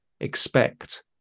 expect